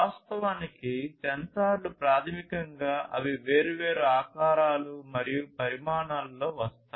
వాస్తవానికి సెన్సార్లు ప్రాథమికంగా అవి వేర్వేరు ఆకారాలు మరియు పరిమాణాలలో వస్తాయి